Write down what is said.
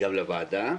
וגם לוועדה.